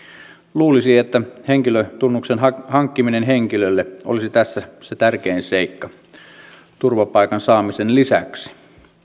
luulisi että henkilötunnuksen hankkiminen henkilölle olisi tässä se tärkein seikka turvapaikan saamisen lisäksi